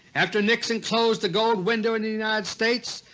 after nixon closed the gold window in the united states,